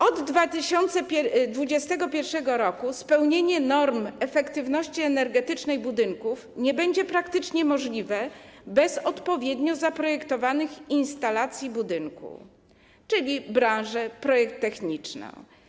Od 2021 r. spełnienie norm efektywności energetycznej budynków nie będzie praktycznie możliwe bez odpowiednio zaprojektowanych instalacji budynku, czyli bez projektu technicznego.